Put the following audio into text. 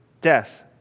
death